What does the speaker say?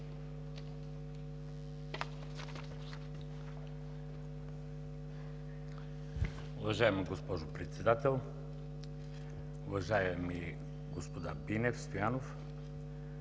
Уважаема госпожо Председател! Уважаеми господа Бинев, Стоянов,